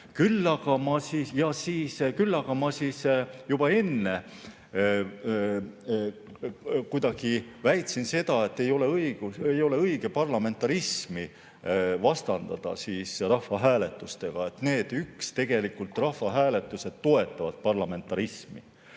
Küll aga ma juba enne väitsin seda, et ei ole õige parlamentarismi vastandada rahvahääletustele, sest tegelikult rahvahääletused toetavad parlamentarismi.